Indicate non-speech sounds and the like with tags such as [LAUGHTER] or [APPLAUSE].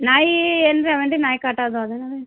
ನಾಯಿ ಏನಾರ [UNINTELLIGIBLE] ನಾಯಿ ಕಾಟ ಇದಾವ್ [UNINTELLIGIBLE]